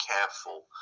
careful